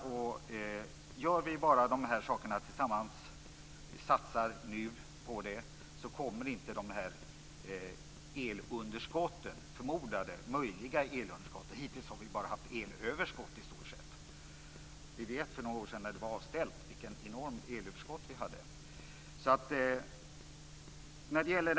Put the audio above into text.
Satsar vi bara nu på dessa saker tillsammans kommer inte de möjliga elunderskotten att inträffa. Vi har hittills i stort sett bara haft elöverskott. Vid avställningen för några år sedan hade vi ett enormt överskott. Fru talman!